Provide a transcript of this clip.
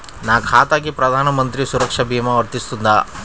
నా ఖాతాకి ప్రధాన మంత్రి సురక్ష భీమా వర్తిస్తుందా?